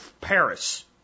Paris